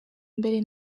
mbere